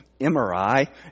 MRI